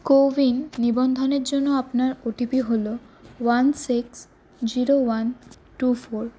CoWIN নিবন্ধনের জন্য আপনার ওটিপি হলো one six zero one two four